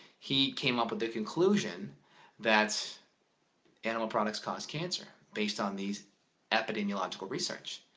he came up with a conclusion that animal products cause cancer based on these epidemiological research.